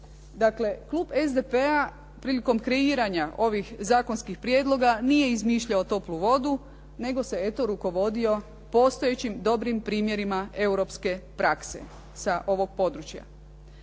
Dakle, klub SDP-a prilikom kreiranja ovih zakonskih prijedloga nije izmišljao toplu vodu, nego se eto rukovodio postojećim dobrim primjerima europske prakse sa ovog područja.